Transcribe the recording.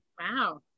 Wow